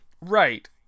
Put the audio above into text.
Right